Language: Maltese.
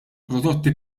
prodotti